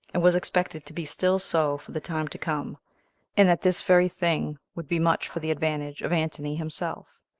and was expected to be still so for the time to come and that this very thing would be much for the advantage of antony himself,